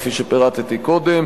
כפי שפירטתי קודם,